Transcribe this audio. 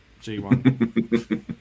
g1